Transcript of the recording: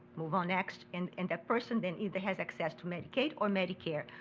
move on, next, and and that person then either has access to medicaid or medicare,